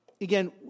Again